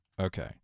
Okay